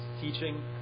teaching